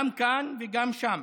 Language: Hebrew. גם כאן וגם שם.